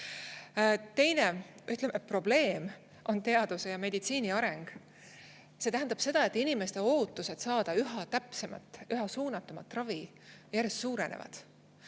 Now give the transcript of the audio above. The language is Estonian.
probleem on teaduse ja meditsiini areng. See tähendab seda, et inimeste ootused saada üha täpsemat, üha suunatumat ravi järjest suurenevad.